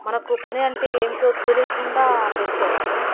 మనకు పని అంటే ఏమిటో తెలియకుండా పెంచేవాళ్ళు